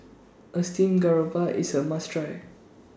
A Steamed Garoupa IS A must Try